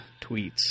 tweets